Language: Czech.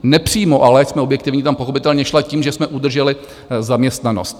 Nepřímo, ale ať jsme objektivní, tam pochopitelně šla tím, že jsme udrželi zaměstnanost.